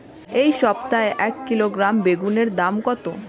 এই সপ্তাহে এক কিলোগ্রাম বেগুন এর দাম কত?